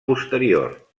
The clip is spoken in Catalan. posterior